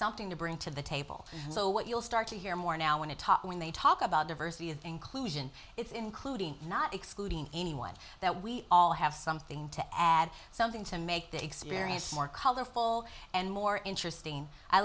something to bring to the table so what you'll start to hear more now when i talk when they talk about diversity and inclusion is including not excluding anyone that we all have something to i add something to make the experience more colorful and more interesting i